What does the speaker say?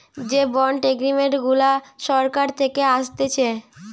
যে bond agreement গুলা সরকার থাকে আসতেছে